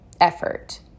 effort